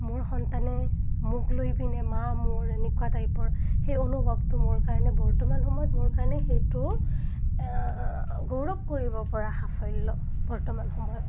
মোৰ সন্তানে মোক লৈ পিনে মা মোৰ এনেকুৱা টাইপৰ সেই অনুভৱটো মোৰ কাৰণে বৰ্তমান সময়ত মোৰ কাৰণে সেইটো গৌৰৱ কৰিব পৰা সাফল্য বৰ্তমান সময়ত